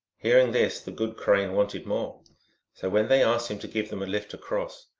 hearing this, the good crane wanted more so when they asked him to give them a lift across,